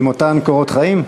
עם אותם קורות חיים?